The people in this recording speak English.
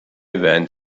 went